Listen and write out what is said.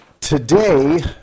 Today